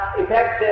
effect